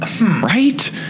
right